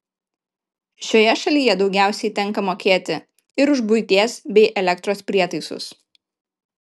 šioje šalyje daugiausiai tenka mokėti ir už buities bei elektros prietaisus